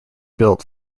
built